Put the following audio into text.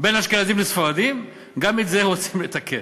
בין אשכנזים לספרדים, גם את זה רוצים לתקן.